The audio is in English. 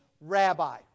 rabbi